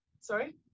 sorry